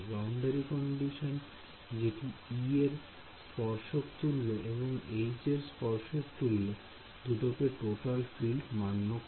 boundary condition জেটি E এর স্পর্শকতুল্য এবং H এর স্পর্শকতুল্য দুটোকে টোটাল ফিল্ড মান্য করে